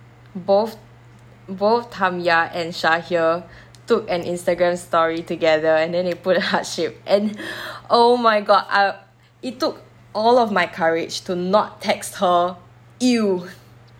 both both tamya and shahil took an Instagram story together and then they put a heart shape and oh my god I it took all of my courage to not text her !eww!